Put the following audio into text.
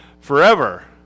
forever